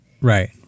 Right